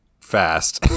fast